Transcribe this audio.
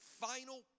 final